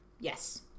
Yes